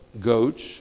goats